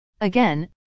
Again